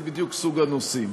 זה בדיוק סוג הנושאים.